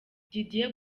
didier